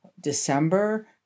December